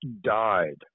died